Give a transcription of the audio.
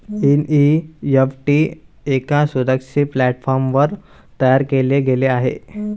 NEFT एका सुरक्षित प्लॅटफॉर्मवर तयार केले गेले आहे